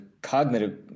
Cognitive